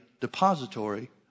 depository